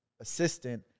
assistant